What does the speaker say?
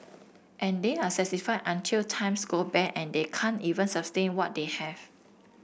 and they are satisfied until times go bad and they can't even sustain what they have